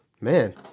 Man